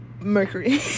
mercury